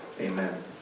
Amen